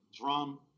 drum